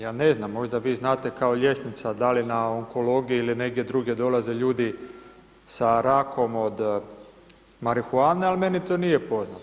Ja ne znam, možda vi znate kao liječnica da li na onkologiji ili negdje drugdje dolaze ljudi sa rakom od marihuane ali meni to nije poznato.